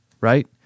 right